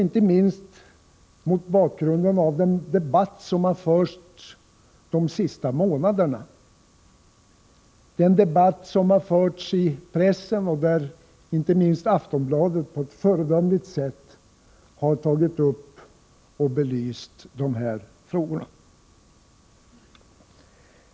Den debatt som har förts de senaste månaderna har varit viktig. Debatten har förts i pressen, och inte minst Aftonbladet har på ett föredömligt sätt tagit upp och belyst de här frågorna.